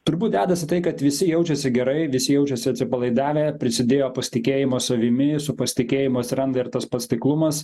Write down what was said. turbūt dedasi tai kad visi jaučiasi gerai visi jaučiasi atsipalaidavę prisidėjo pasitikėjimo savimi su pasitikėjimu atsiranda ir tas pats taiklumas